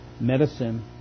medicine